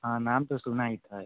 हाँ नाम तो सुना ही था